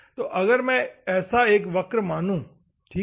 तो अगर मैं ऐसा एक वक्र मानूं ठीक है